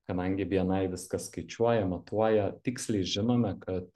kadangi bni viską skaičiuoja matuoja tiksliai žinome kad